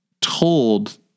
told